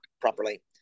properly